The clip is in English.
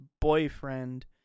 boyfriend